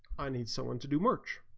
i need someone to do march